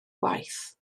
gwaith